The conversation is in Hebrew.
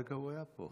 הרגע הוא היה פה.